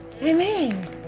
Amen